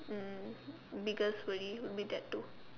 mm biggest worry will be that too